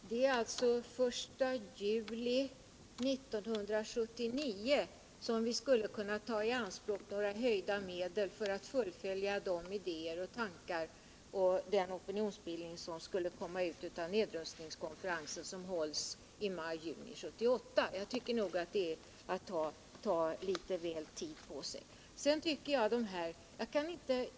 Herr talman! Det är alltså den 1 juli 1979 som vi skulle kunna ta höjda medel i anspråk för att fullfölja de idéer och tankar och följa den opinionsbildning som skulle bli resultatet av den nedrustningskonferens som hålls i maj-juni 1978. Jag tycker nog det är att ta litet väl lång tid på sig.